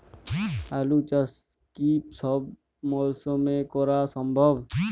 আলু চাষ কি সব মরশুমে করা সম্ভব?